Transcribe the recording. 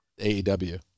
aew